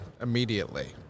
immediately